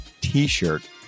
t-shirt